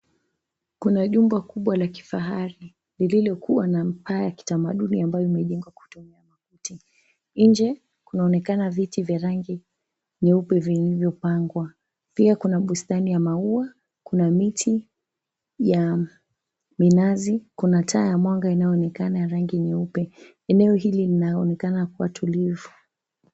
Kuna jumba kubwa la kifahari lililokuwa na paa ya kitamaduni ambayo imejengwa kwa kutumia makuti. Nje kunaonekana viti vya rangi nyeupe vilivyopangwa. Pia kuna bustani ya maua, kuna miti ya minazi, na taa ya mwanga inayoonekana ya rangi nyeupe. Eneo hili linaonekana kuwa tulivu.